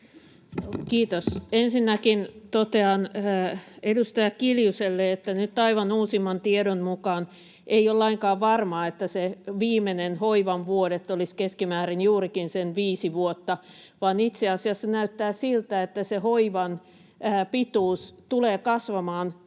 Kiitos! Ensinnäkin totean edustaja Kiljuselle, että nyt aivan uusimman tiedon mukaan ei ole lainkaan varmaa, että ne viimeiset hoivan vuodet olisivat keskimäärin juurikin sen viisi vuotta, vaan itse asiassa näyttää siltä, että hoivan pituus tulee kasvamaan